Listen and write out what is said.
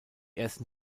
ersten